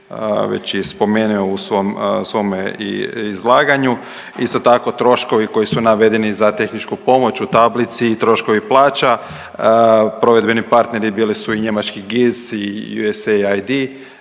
već i spomenio u svom, svome izlaganju. Isto tako troškovi koji su navedeni za tehničku pomoć u tablici i troškovi plaća provedbeni partneri bili su i njemački GIS i USAID